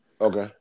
Okay